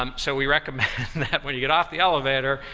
um so we recommend when you get off the elevator,